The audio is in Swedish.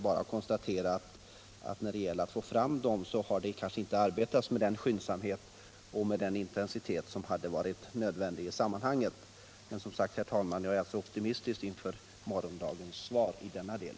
Men när det gällt att få fram sådana hjälmar har det nog inte arbetats med den skyndsamhet och den intensitet som hade varit önskvärd och nödvändig. Men, herr talman, jag är som sagt optimistisk inför morgondagens svar i denna del.